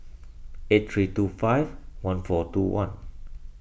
eight three two five one four two one